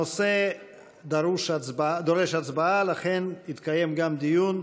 הנושא דורש הצבעה, ולכן יתקיים גם דיון.